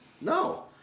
No